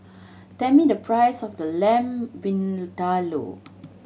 tell me the price of the Lamb Vindaloo